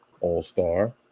all-star